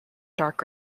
dark